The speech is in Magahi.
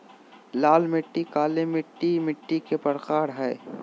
लाल मिट्टी, काली मिट्टी मिट्टी के प्रकार हय